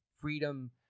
freedom